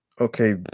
okay